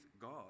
God